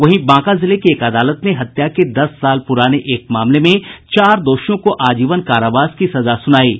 वहीं बांका जिले की एक अदालत ने हत्या के दस साल प्रराने एक मामले में चार दोषियों को आजीवन कारावास की सजा सुनायी है